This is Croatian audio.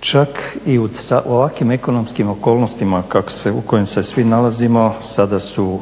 Čak i u ovakvim ekonomskim okolnostima u kojima se svi nalazimo sada su